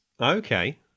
Okay